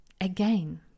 again